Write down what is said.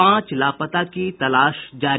पांच लापता की तलाश जारी